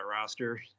roster